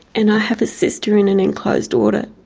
and i have a sister in an enclosed order